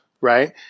right